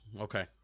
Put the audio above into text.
Okay